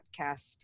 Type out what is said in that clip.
podcast